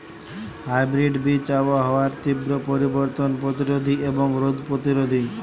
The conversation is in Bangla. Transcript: হাইব্রিড বীজ আবহাওয়ার তীব্র পরিবর্তন প্রতিরোধী এবং রোগ প্রতিরোধী